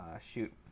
Shoot